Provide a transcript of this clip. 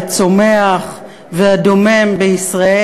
הצומח והדומם בישראל.